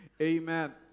Amen